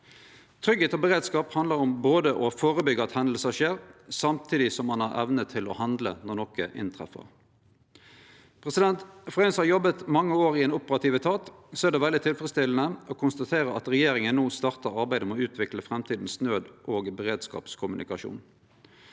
Tryggleik og beredskap handlar om både å førebyggje at hendingar skjer, og samtidig ha evne til å handle når noko inntreffer. For ein som har jobba mange år i ein operativ etat, er det veldig tilfredsstillande å konstatere at regjeringa no startar arbeidet med å utvikle nød- og beredskapskommunikasjonen